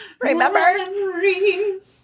remember